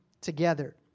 together